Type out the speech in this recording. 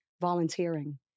volunteering